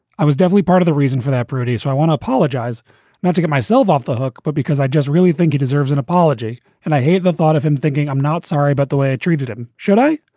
i was definitely part of the reason for that, baroody. so i want to apologize not to get myself off the hook, but because i just really think he deserves an apology. and i hate the thought of him thinking i'm not sorry about the way i treated him. should i?